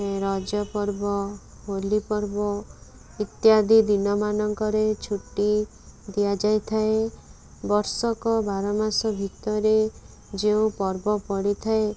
ରଜପର୍ବ ହୋଲିପର୍ବ ଇତ୍ୟାଦି ଦିନମାନଙ୍କରେ ଛୁଟି ଦିଆଯାଇଥାଏ ବର୍ଷକ ବାରମାସ ଭିତରେ ଯେଉଁ ପର୍ବ ପଡ଼ିଥାଏ